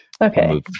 Okay